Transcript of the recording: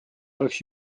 oleks